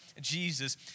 Jesus